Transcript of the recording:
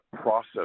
process